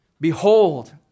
Behold